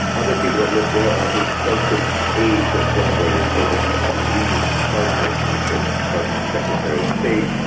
other people that live there are his closest aides or collaborators, so that the leading cardinals in the church, the cardinal secretary of state,